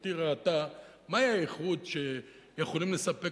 וגברתי ראתה מהי האיכות שיכולים לספק